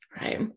Right